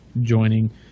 joining